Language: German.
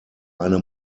eine